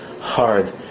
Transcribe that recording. hard